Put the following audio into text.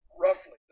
roughly